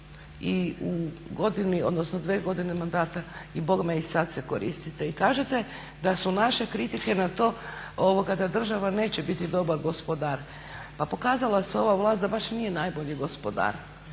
i u godini, odnosno dvije godine mandata a bogme i sad se koristite. I kažete da su naše kritike na to da država neće biti dobar gospodar. Pa pokazala se ova vlast da baš nije najbolji gospodar.